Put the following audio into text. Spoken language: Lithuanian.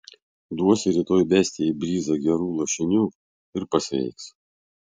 duosi rytoj bestijai bryzą gerų lašinių ir pasveiks